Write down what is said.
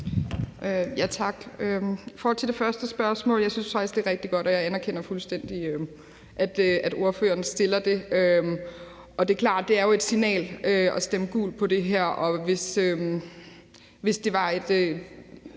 Tak. I forhold til det første spørgsmål vil jeg sige, at jeg faktisk synes, det er rigtig godt, og jeg anerkender fuldstændig, at ordføreren stiller det. Det er klart, at det jo er et signal at stemme gult til det her, og hvis det ville